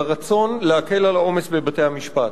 ברצון להקל את העומס בבתי-המשפט.